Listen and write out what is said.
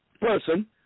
person